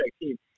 team